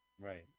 Right